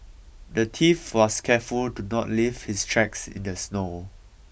the thief was careful to not leave his tracks in the snow